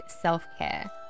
self-care